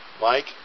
Mike